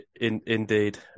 indeed